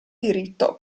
diritto